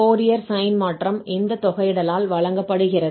Fourier sine மாற்றம் இந்த தொகையிடலால் வழங்கப்படுகிறது